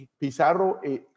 Pizarro